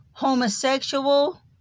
homosexual